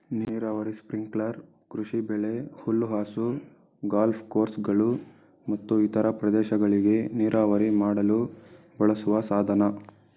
ನೀರಾವರಿ ಸ್ಪ್ರಿಂಕ್ಲರ್ ಕೃಷಿಬೆಳೆ ಹುಲ್ಲುಹಾಸು ಗಾಲ್ಫ್ ಕೋರ್ಸ್ಗಳು ಮತ್ತು ಇತರ ಪ್ರದೇಶಗಳಿಗೆ ನೀರಾವರಿ ಮಾಡಲು ಬಳಸುವ ಸಾಧನ